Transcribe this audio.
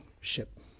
ship